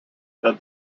that